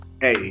Hey